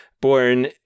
born